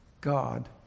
God